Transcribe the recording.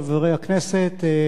חברי הכנסת,